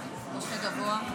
כנסת נכבדה,